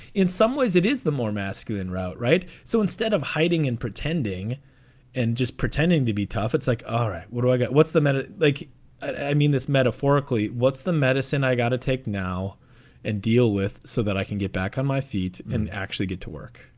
in some ways it is the more masculine route. right so instead of hiding and pretending and just pretending to be tough, it's like, all right. what do i get? what's the matter? like i mean, this metaphorically. what's the medicine i gotta take now and deal with so that i can get back on my feet and actually get to work?